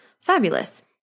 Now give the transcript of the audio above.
fabulous